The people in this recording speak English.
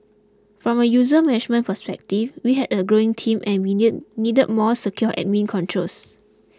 from a user management perspective we had a growing team and we need need more secure admin controls